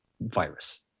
virus